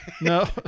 No